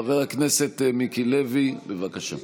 חבר הכנסת מיקי לוי, בבקשה.